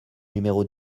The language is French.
numéro